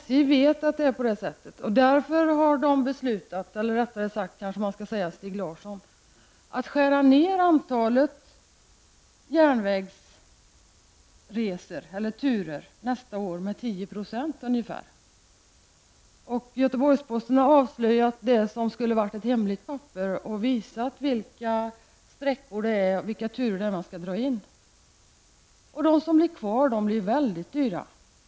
SJ vet att det är så, och Stig Larsson har därför beslutat att skära ned antalet järnvägsturer nästa år med ungefär 10 %. Göteborgs-Posten har avslöjat ett papper som skulle vara hemligt men som visar vilka turer som skall dras in. De som blir kvar blir mycket dyra.